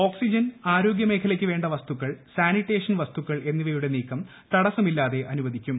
oxygen ആരോഗ്യ മേഖലയ്ക്ക് വേണ്ട വസ്തുക്കൾ സാനിറ്റേഷൻ വസ്തുക്കൾ എന്നിവയുടെ നീക്കം തടസ്സമില്ലാതെ അനുവദിക്കും